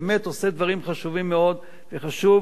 באמת הוא עושה דברים חשובים מאוד, וחשוב